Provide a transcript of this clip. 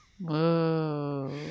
whoa